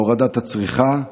להורדת הצריכה,